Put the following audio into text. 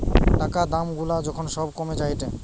টাকা দাম গুলা যখন সব কমে যায়েটে